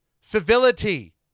civility